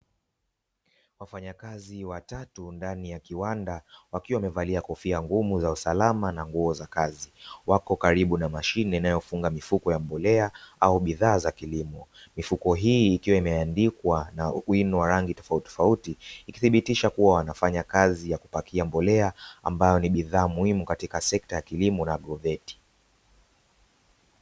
Wafanyakazi watatu ndani ya kiwanda wakiwa wamevalia kofia ngumu za usalama na nguo za kazi wako karibu na mashine inayofunga mifuko ya mbolea au bidhaa za kilimo mifuko hii ikiwa imeandikwa na wino wa rangi tofauti tofauti ikidhibitisha kuwa wanafanya kazi ya kupakia mbolea ambayo ni bidhaa muhimu katika sekta ya kilimo na agroveti.